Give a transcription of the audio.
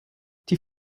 die